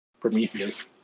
Prometheus